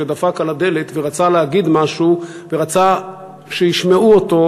שדפק על הדלת ורצה להגיד משהו ורצה שישמעו אותו,